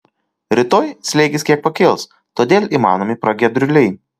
rytoj slėgis kiek pakils todėl įmanomi pragiedruliai